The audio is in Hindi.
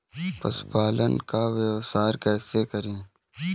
पशुपालन का व्यवसाय कैसे करें?